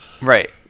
Right